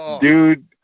Dude